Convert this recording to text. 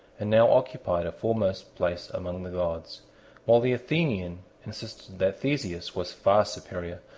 and now occupied a foremost place among the gods while the athenian insisted that theseus was far superior,